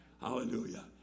Hallelujah